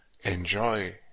Enjoy